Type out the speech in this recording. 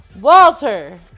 Walter